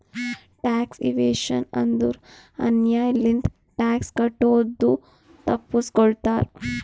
tax evasion ಅಂದುರ್ ಅನ್ಯಾಯ್ ಲಿಂತ ಟ್ಯಾಕ್ಸ್ ಕಟ್ಟದು ತಪ್ಪಸ್ಗೋತಾರ್